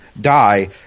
die